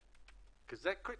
כי זה קריטי,